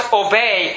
obey